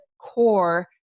core